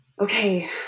Okay